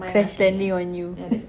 crash landing on you